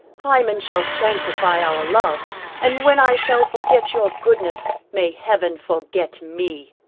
hymen shall sanctify our love and when i shall forget your goodness, may heaven forget me.